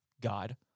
God